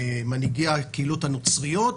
מנהיגי הקהילות הנוצריות,